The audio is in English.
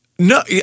No